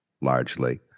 largely